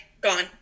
gone